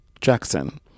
Jackson